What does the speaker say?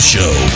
Show